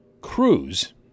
Cruz